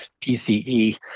PCE